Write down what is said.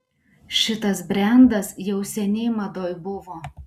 šitas brendas jau seniai madoj buvo